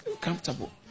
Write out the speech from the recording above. comfortable